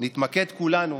נתמקד כולנו